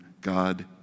God